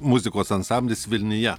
muzikos ansamblis vilnija